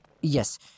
Yes